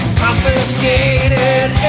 confiscated